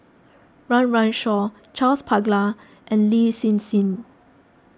Run Run Shaw Charles Paglar and Lin Hsin Hsin